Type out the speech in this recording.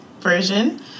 version